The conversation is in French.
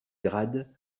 grads